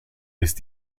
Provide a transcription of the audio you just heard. ist